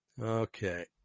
Okay